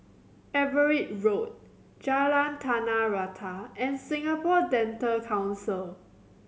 Everitt Road Jalan Tanah Rata and Singapore Dental Council